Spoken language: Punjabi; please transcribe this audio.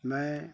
ਮੈਂ